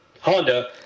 Honda